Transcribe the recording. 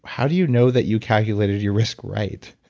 how do you know that you calculated your risk right?